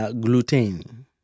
gluten